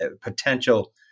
Potential